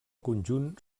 conjunt